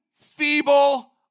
feeble